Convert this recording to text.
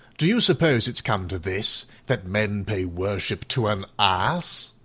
do you suppose it's come to this, that men pay worship to an ass?